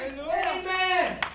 Amen